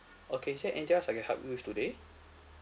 okay is there anything else I can help you with today